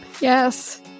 Yes